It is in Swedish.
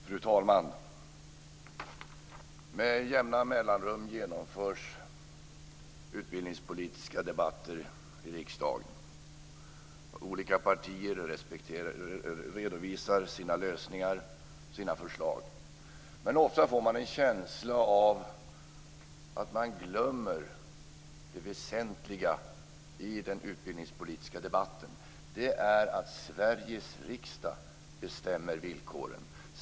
Fru talman! Med jämna mellanrum genomförs utbildningspolitiska debatter i riksdagen. Olika partier redovisar sina lösningar, sina förslag. Men ofta får man en känsla av att man glömmer det väsentliga i den utbildningspolitiska debatten, och det är att Sveriges riksdag bestämmer villkoren.